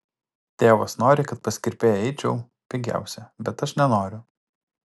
tėvas nori kad pas kirpėją eičiau pigiausia bet aš nenoriu